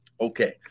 okay